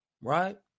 right